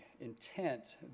intent